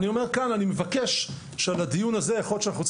אני מבקש שנקיים בהמשך לדיון הזה דיון